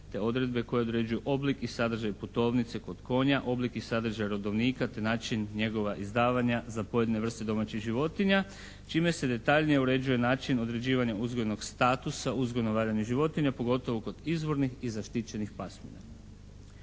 te odredbe koje određuju oblik i sadržaj putovnice kod konja, oblik i sadržaj rodovnika te način njegova izdavanja za pojedine vrste domaćih životinja čime se detaljnije uređuje način određivanja uzgojnog statusa, uzgojno-valjanih životinja, pogotovo kod izvornih i zaštićenih pasmina.